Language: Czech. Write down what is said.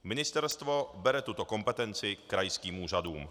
Ministerstvo bere tuto kompetenci krajským úřadům.